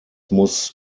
muss